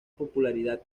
popularidad